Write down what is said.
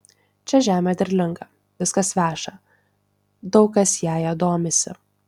čia žemė derlinga viskas veša daug kas jąja domisi